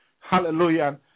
hallelujah